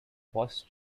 boss